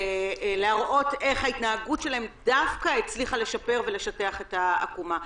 להראות איך ההתנהגות שלהם דווקא הצליחה לשפר ולשטח את העקומה.